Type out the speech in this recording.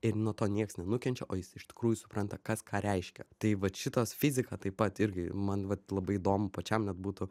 ir nuo to nieks nenukenčia o jis iš tikrųjų supranta kas ką reiškia tai vat šitos fizika taip pat irgi man vat labai įdomu pačiam net būtų